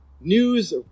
news